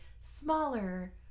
smaller